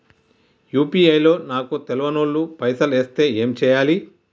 UPI లో నాకు తెల్వనోళ్లు పైసల్ ఎస్తే ఏం చేయాలి?